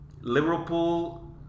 Liverpool